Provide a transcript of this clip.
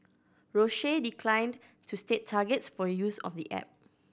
Roche declined to state targets for use of the app